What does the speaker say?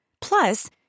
Plus